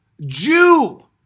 Jew